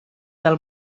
del